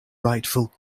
rightful